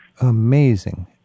Amazing